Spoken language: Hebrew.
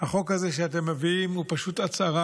החוק הזה שאתם מביאים הוא פשוט הצהרה